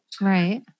Right